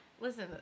Listen